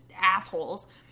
assholes